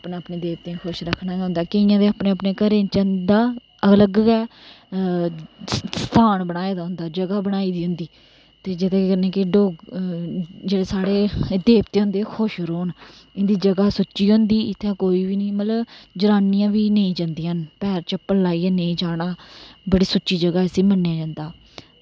अपने अपने देवतेंई खुश रक्खना गै होंदा केइयै ते अपनें अपनें घरैं च इं'दा अलग गै स्थान बनाए दा होंदा जगह बनाई दी होंदी ते जेह्दे कन्नै के जेह्ड़े साढ़े देवते होंदे खुश रौह्न इं'दी जगह सुच्ची होंदी इत्थै कोई बी नी मतलव जनानियां बी नी जंदियां हैन पैर चप्पल लाइयै नेईं जाना बड़ी सुच्ची जगह इसी मन्नेआ जंदा